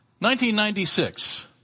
1996